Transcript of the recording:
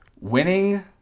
Winning